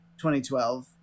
2012